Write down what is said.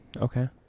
Okay